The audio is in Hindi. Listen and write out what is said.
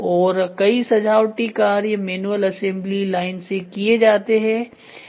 और कई सजावटी कार्य मैनुअल असेंबली लाइन से किए जाते हैं